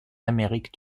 amérique